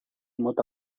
mota